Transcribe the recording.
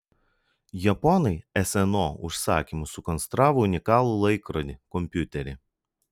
japonai sno užsakymu sukonstravo unikalų laikrodį kompiuterį